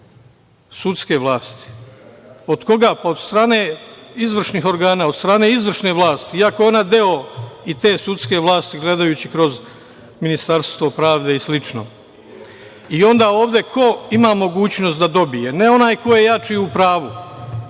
sudske vlasti. Od koga? Pa, od strane izvršnih organa, od strane izvršne vlasi, iako je ona deo i te sudske vlasti gledajući kroz Ministarstvo pravde i slično.I, onda ovde ko ima mogućnost da dobije, ne onaj ko je jači i u pravu,